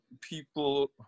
people